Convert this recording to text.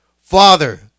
Father